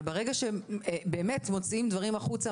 אבל ברגע שבאמת מוציאים דברים החוצה